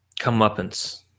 comeuppance